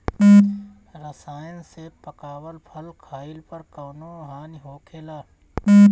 रसायन से पकावल फल खइला पर कौन हानि होखेला?